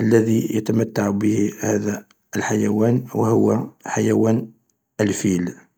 الذي يتمتع به هذا الحيوان و هو حيوان الفيل.